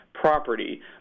property